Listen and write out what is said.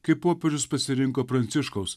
kai popiežius pasirinko pranciškaus